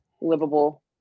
livable